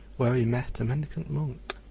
where he met a mendicant monk,